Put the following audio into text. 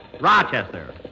Rochester